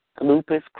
lupus